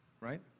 right